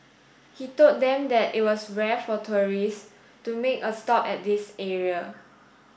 he told them that it was rare for tourists to make a stop at this area